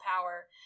power